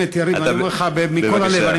באמת, יריב, אני אומר לך מכל הלב,